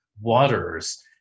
waters